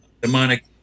demonic